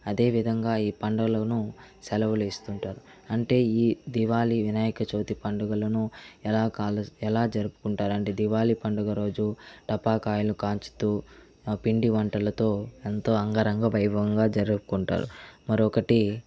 అదేవిధంగా ఈ పండుగలను సెలవులు ఇస్తుంటారు అంటే ఈ దివాళీ వినాయకచవితి పండుగలను ఎలా కాలు ఎలా జరుపుకుంటారంటే దివాళీ పండుగ రోజు టపాకాయలు కాల్చుతూ పిండి వంటలతో ఎంతో అంగరంగా వైభవంగా జరుపుకుంటారు మరొకటి